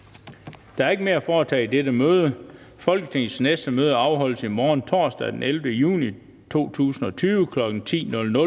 Der er ikke mere at foretage i dette møde. Folketingets næste møde afholdes i morgen, torsdag den 11. juni 2020, kl. 10.00.